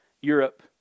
Europe